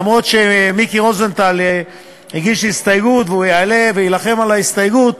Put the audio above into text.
אף שמיקי רוזנטל הגיש הסתייגות והוא יעלה ויילחם על ההסתייגות,